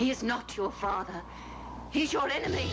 he's not he's your enemy